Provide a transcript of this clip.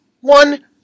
one